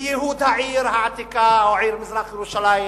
לייהוד העיר העתיקה או מזרח-ירושלים,